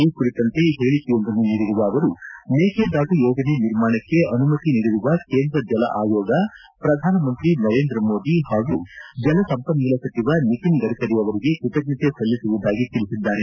ಈ ಕುರಿತಂತೆ ಹೇಳಿಕೆಯೊಂದನ್ನು ನೀಡಿರುವ ಅವರು ಮೇಕೆದಾಟು ಯೋಜನೆ ನಿರ್ಮಾಣಕ್ಕೆ ಅನುಮತಿ ನೀಡಿರುವ ಕೇಂದ್ರ ಜಲ ಆಯೋಗ ಪ್ರಧಾನಮಂತ್ರಿ ನರೇಂದ್ರ ಮೋದಿ ಹಾಗೂ ಜಲಸಂಪನ್ಮೂಲ ಸಚಿವ ನಿತಿನ್ ಗಡ್ಕರಿ ಅವರಿಗೆ ಕೃತಜ್ಞತೆ ಸಲ್ಲಿಸುವುದಾಗಿ ತಿಳಿಸಿದ್ದಾರೆ